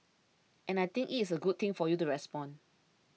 and I think it is a good thing for you to respond